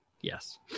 yes